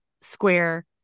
square